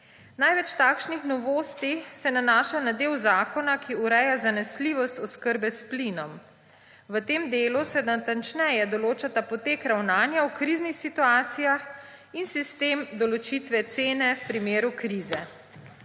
Največ takšnih novosti se nanaša na del zakona, ki ureja zanesljivost oskrbe s plinom. V tem delu se natančneje določata potek ravnanja v kriznih situacijah in sistem določitve cene v primeru krize.